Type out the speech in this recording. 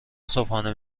صبحانه